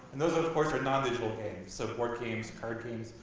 and those, of course, are non-digital games, so board games, card games.